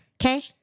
Okay